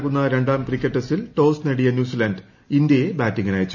നടക്കുന്ന രണ്ടാം ക്രിക്കറ്റ് ടെസ്റ്റിൽ ടോസ് നേടിയ ന്യൂസിലന്റ് ഇന്ത്യയെ ബാറ്റിംഗിനയച്ചു